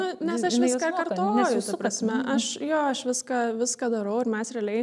nu nes aš viską kartoju ta prasme aš jo aš viską viską darau ir mes realiai